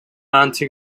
anti